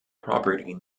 property